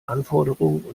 anforderungen